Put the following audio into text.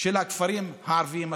של הכפרים הערביים הסמוכים.